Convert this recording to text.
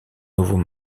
nouveau